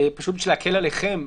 פשוט בשביל להקל עליכם,